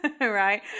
right